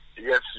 Yes